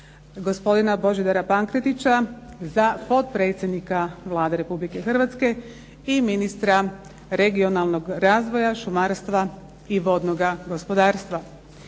Gospodina BOŽIDARA PANKRETIĆA za potpredsjednika Vlade Republike Hrvatske i ministara regionalnog razvoja, šumarstva i vodnoga gospodarstva,